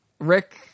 rick